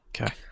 Okay